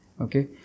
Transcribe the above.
okay